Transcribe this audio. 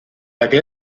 aquel